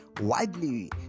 widely